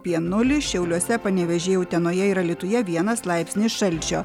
apie nulį šiauliuose panevėžyje utenoje ir alytuje vienas laipsnis šalčio